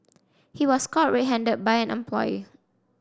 he was caught red handed by an employee